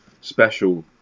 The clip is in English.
special